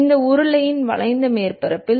இந்த உருளையின் வளைந்த மேற்பரப்பில்